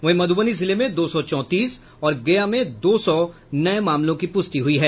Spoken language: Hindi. वहीं मधुबनी जिले में दो सौ चौतीस और गया में दो सौ नये मामलों की पुष्टि हुई है